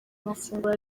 amafunguro